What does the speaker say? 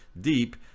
deep